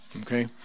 Okay